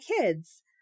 kids